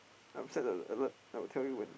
I'll set the alert I will tell you when